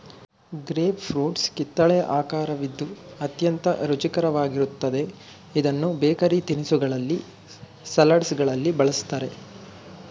grape fruits ಕಿತ್ತಲೆ ಆಕರವಿದ್ದು ಅತ್ಯಂತ ರುಚಿಕರವಾಗಿರುತ್ತದೆ ಇದನ್ನು ಬೇಕರಿ ತಿನಿಸುಗಳಲ್ಲಿ, ಸಲಡ್ಗಳಲ್ಲಿ ಬಳ್ಸತ್ತರೆ